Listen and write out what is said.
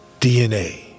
DNA